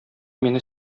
мине